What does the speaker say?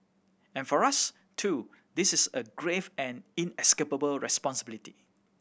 and for us too this is a grave and inescapable responsibility